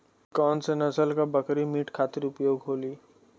कौन से नसल क बकरी मीट खातिर उपयोग होली?